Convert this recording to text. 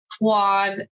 quad